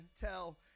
tell